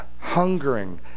hungering